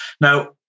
Now